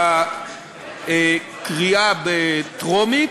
בקריאה טרומית,